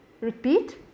Repeat